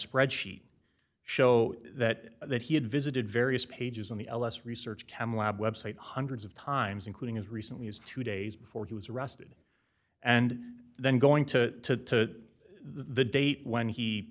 spreadsheet show that that he had visited various pages on the ls research camelot website hundreds of times including as recently as two days before he was arrested and then going to the date when he